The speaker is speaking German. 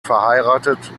verheiratet